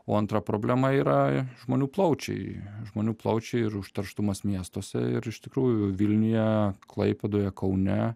o antra problema yra žmonių plaučiai žmonių plaučiai ir užterštumas miestuose ir iš tikrųjų vilniuje klaipėdoje kaune